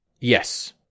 Yes